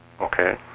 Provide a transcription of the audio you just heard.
Okay